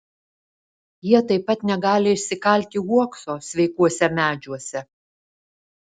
jie taip pat negali išsikalti uokso sveikuose medžiuose